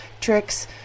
tricks